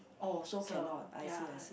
oh so cannot I see I see